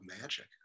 magic